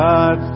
God